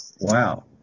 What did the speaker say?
Wow